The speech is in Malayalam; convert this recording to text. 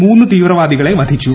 മൂന്ന് തീവ്രവാദികളെ വധിച്ചു